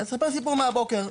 אספר סיפור מהבוקר,